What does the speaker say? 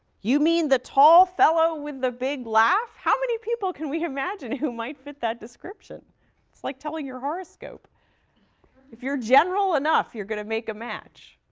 you mean the tall fellow with the big laugh? how many people can we imagine who might fit that description? it's like telling your horoscope if you're general enough, you're going to make a match.